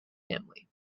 family